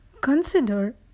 Consider